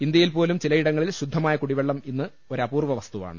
ഇന്ത്യയിൽ പോലും ചിലയിടങ്ങളിൽ ശുദ്ധമായ കുടിവെള്ളം ഇന്ന് ഒരപൂർവ്വ വസ്തുവാണ്